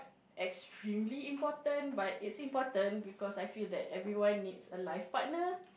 extremely important but it's important because I feel that everyone needs a life partner